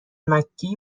مککی